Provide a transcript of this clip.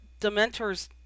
Dementors